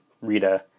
Rita